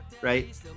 right